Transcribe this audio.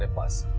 and was